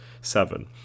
seven